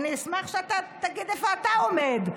אני אשמח שאתה תגיד איפה אתה עומד.